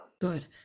Good